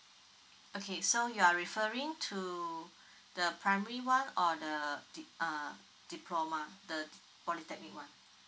okay so you are referring to the primary one or the dip~ uh diploma the polytechnic one